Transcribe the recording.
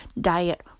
diet